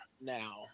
now